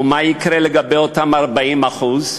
ומה יקרה לאותם 40%?